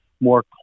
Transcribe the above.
more